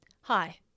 Hi